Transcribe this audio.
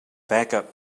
backup